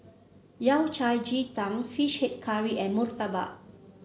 Yao Cai Ji Tang fish head curry and murtabak